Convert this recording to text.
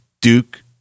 Duke